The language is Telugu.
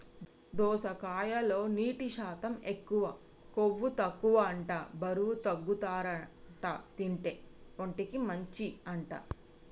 దోసకాయలో నీటి శాతం ఎక్కువ, కొవ్వు తక్కువ అంట బరువు తగ్గుతారట తింటే, ఒంటికి మంచి అంట